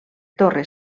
torre